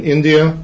India